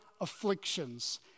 afflictions